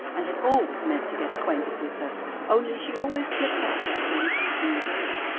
and had always meant to get acquainted with her only she always slipped out as soon as meeting was over.